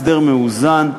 הסדר מאוזן,